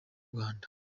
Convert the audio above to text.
rwanda